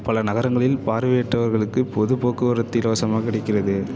பல நகரங்களில் பார்வையற்றவர்களுக்கு பொதுப் போக்குவரத்து இலவசமாக கிடைக்கிறது